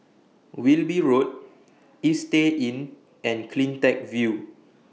Wilby Road Istay Inn and CleanTech View